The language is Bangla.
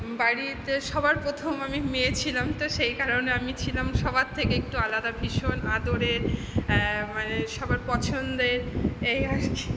বাড়িতে সবার প্রথম আমি মেয়ে ছিলাম তো সেই কারণে আমি ছিলাম সবার থেকে একটু আলাদা ভীষণ আদরের মানে সবার পছন্দের এই আর কি